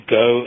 go